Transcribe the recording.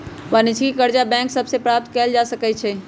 वाणिज्यिक करजा बैंक सभ से प्राप्त कएल जा सकै छइ